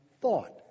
thought